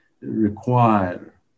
require